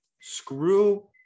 screw